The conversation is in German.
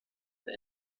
der